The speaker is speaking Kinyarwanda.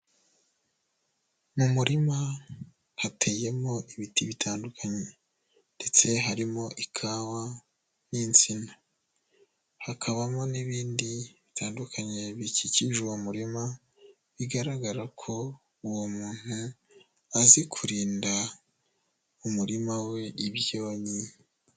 Mu murima hateyemo ibiti bitandukanye ndetse harimo ikawa n'insina, hakabamo n'ibindi bitandukanye bikikije uwo murima, bigaragara ko uwo muntu azi kurinda umurima we ibyonnyi.